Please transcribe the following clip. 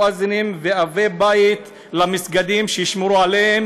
מואזינים ואבי בית למסגדים שישמרו עליהם